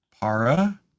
Para